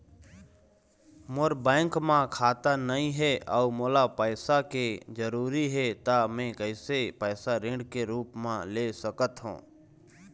मोर bank म खाता नई हे अउ मोला पैसा के जरूरी हे त मे कैसे पैसा ऋण के रूप म ले सकत हो?